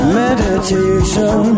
meditation